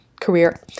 career